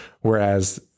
Whereas